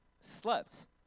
slept